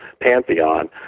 pantheon